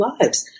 lives